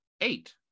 eight